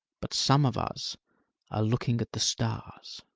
but some of us are looking at the stars.